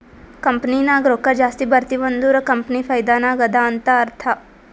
company ನಾಗ್ ರೊಕ್ಕಾ ಜಾಸ್ತಿ ಬರ್ತಿವ್ ಅಂದುರ್ ಕಂಪನಿ ಫೈದಾ ನಾಗ್ ಅದಾ ಅಂತ್ ಅರ್ಥಾ